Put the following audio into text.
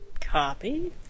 Copy